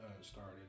started